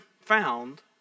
found